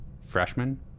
freshman